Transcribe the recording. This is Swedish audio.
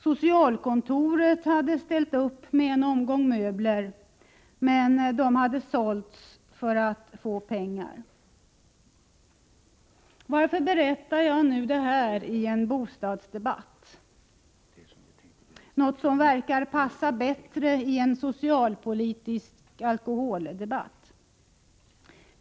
Socialkontoret hade ställt upp med en omgång möbler, men dem hade han sålt för att få pengar. Varför berättar jag nu detta i en bostadsdebatt — det här verkar ju passa bättre i en socialpolitisk alkoholdebatt?